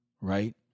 right